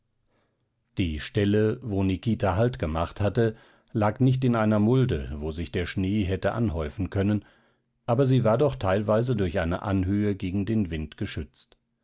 die stelle wo nikita halt gemacht hatte lag nicht in einer mulde wo sich der schnee hätte anhäufen können aber sie war doch teilweise durch eine anhöhe gegen den wind geschützt